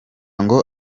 ngo